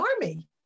army